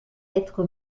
être